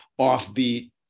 offbeat